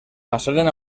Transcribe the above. passaren